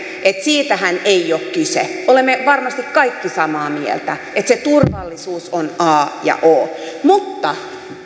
että siitähän ei ole kyse olemme varmasti kaikki samaa mieltä että se turvallisuus on a ja o mutta